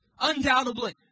undoubtedly